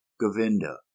Govinda